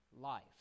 life